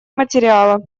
материала